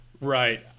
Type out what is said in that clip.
right